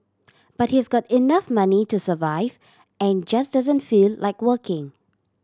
but he's got enough money to survive and just doesn't feel like working